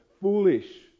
foolish